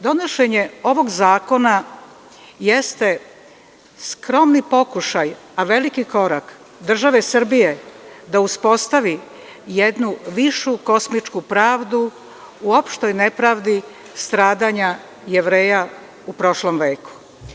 Donošenje ovog zakona jeste skromni pokušaj, a veliki korak države Srbije da uspostavi jednu višu kosmičku pravdu u opštoj nepravdi stradanja Jevreja u prošlom veku.